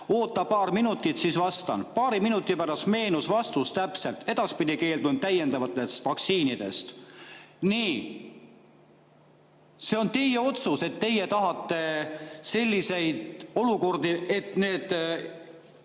"Oota paar minutit, siis vastan." Paari minuti pärast meenus vastus täpselt. Edaspidi keeldun täiendavatest vaktsiinidest." Nii. See on teie otsus, et te tahate selliseid olukordi, tahate,